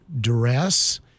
Duress